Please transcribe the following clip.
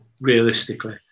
Realistically